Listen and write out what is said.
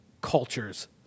culture's